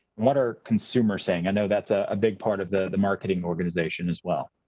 what are consumers saying? i know that's a big part of the marketing organization as well.